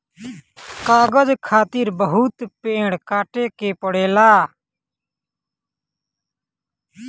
कागज खातिर बहुत पेड़ काटे के पड़ेला